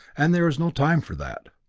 and there is no time for that.